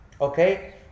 Okay